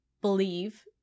believe